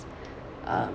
um